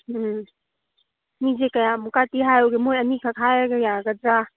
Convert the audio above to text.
ꯎꯝ ꯃꯤꯁꯦ ꯀꯌꯥꯃꯨꯛꯀꯗꯤ ꯍꯥꯏꯌꯨꯒꯦ ꯃꯣꯏ ꯑꯅꯤꯈꯛ ꯍꯥꯏꯔꯒ ꯌꯥꯒꯗ꯭ꯔ